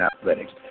athletics